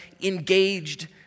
engaged